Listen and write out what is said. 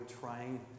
trying